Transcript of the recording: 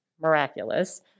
miraculous